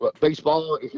baseball